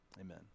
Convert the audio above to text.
Amen